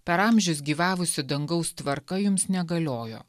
per amžius gyvavusi dangaus tvarka jums negaliojo